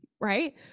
right